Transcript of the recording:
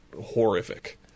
horrific